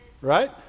Right